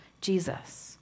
Jesus